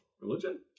Religion